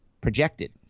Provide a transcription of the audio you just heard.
projected